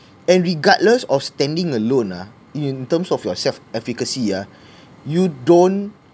and regardless of standing alone ah in terms of your self efficacy ah you don't